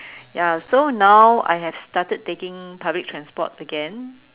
ya so now I have started taking public transport again